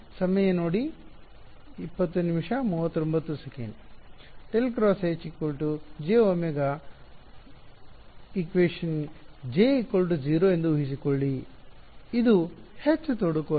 J 0 ಎಂದು ಉಹಿಸಿಕೊಳ್ಳಿ ಇದು ಹೆಚ್ಚು ತೊಡಕು ಅಲ್ಲ